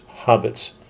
hobbits